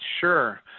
Sure